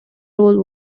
role